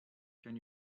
can